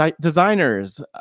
Designers